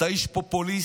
אתה איש פופוליסט